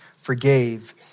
forgave